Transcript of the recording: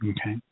okay